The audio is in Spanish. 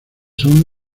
son